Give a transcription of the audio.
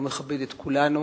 לא מכבד את כולנו,